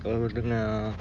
kalau dengar